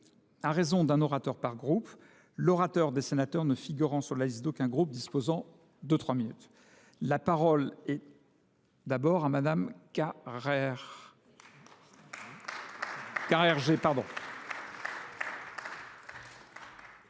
à raison d'un orateur par groupe, l'orateur des sénateurs ne figurant sur la liste d'aucun groupe disposant de 3 minutes. La parole est d'abord à madame Carrère.